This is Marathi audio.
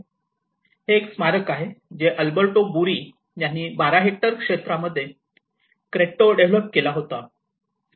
हे स्मारक आहे जे अल्बर्टो बुरी यांनी 12 हेक्टर क्षेत्रामध्ये क्रेट्टो डेव्हलप केला होता